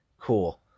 Cool